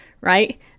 Right